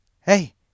Hey